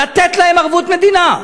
לתת להם ערבות מדינה.